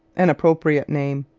an appropriate name.